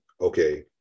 okay